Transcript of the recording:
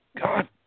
God